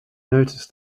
noticed